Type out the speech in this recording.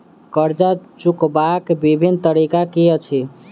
कर्जा चुकबाक बिभिन्न तरीका की अछि?